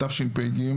את תשפ"ג,